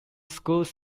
schools